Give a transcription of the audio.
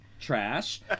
trash